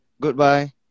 goodbye